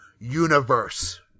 universe